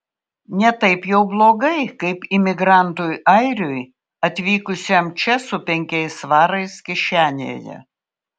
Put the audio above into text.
ne taip jau blogai kaip imigrantui airiui atvykusiam čia su penkiais svarais kišenėje